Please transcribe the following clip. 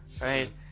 Right